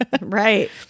right